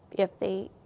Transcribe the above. if they,